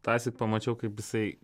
tąsyk pamačiau kaip jisai